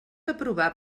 aprovar